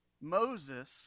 Moses